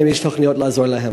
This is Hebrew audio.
האם יש תוכניות לעזור להן?